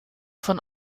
von